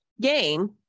game